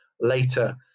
later